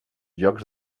llocs